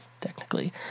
technically